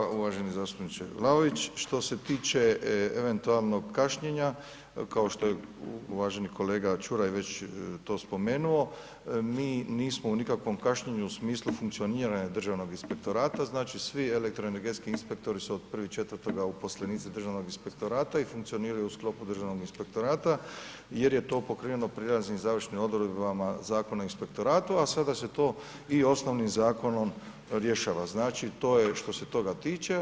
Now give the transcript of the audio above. Hvala uvaženi zastupniče Vlaović, što se tiče eventualnog kašnjenja, kao što je uvaženi kolega Čuraj već to spomenuo, mi nismo ni u kakvom kašnjenju u smislu funkcioniranja Državnog inspektorata, znači, svi elektroenergetski inspektori su od 1.4. uposlenici Državnog inspektorata i funkcioniraju u sklopu Državnog inspektorata jer je to pokriveno prelaznim i završnim odredbama Zakona o inspektoratu, a sada se to i osnovnim zakonom rješava, znači, to je što se toga tiče.